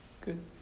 Good